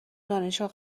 دانشگاه